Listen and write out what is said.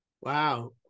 Wow